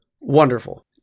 wonderful